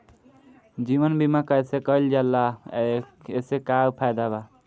जीवन बीमा कैसे कईल जाला एसे का फायदा बा?